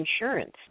insurance